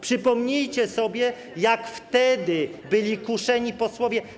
Przypomnijcie sobie, jak wtedy byli kuszeni posłowie.